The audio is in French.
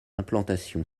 implantation